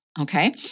okay